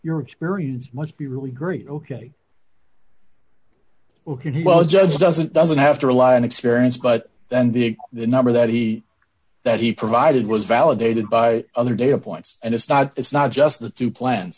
your experience must be really great ok well judge doesn't doesn't have to rely on experience but then the number that he that he provided was validated by other data points and it's not it's not just the two plans